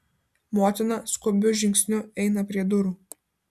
motina skubiu žingsniu eina prie durų